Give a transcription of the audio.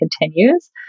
continues